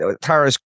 Tara's